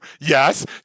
Yes